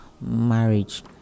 marriage